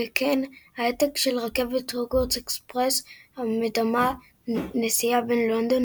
וכן העתק של רכבת הוגוורטס אקספרס המדמה נסיעה בין לונדון